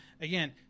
again